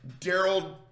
Daryl